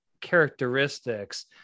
characteristics